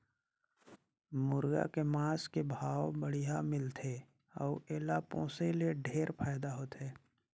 मुरगा के मांस के भाव बड़िहा मिलथे अउ एला पोसे ले ढेरे फायदा होथे